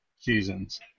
seasons